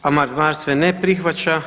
Amandman se ne prihvaća.